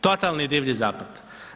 Totalni Divlji zapad.